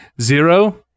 Zero